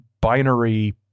binary